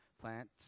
plants